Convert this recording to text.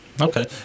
okay